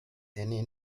any